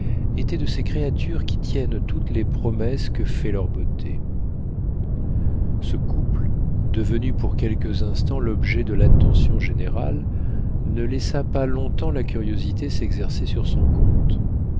était de ces créatures qui tiennent toutes les promesses que fait leur beauté ce couple devenu pour quelques instants l'objet de l'attention générale ne laissa pas long-temps la curiosité s'exercer sur son compte